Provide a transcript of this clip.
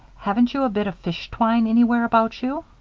haven't you a bit of fish-twine anywhere about you?